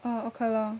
orh okay lor